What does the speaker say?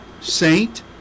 saint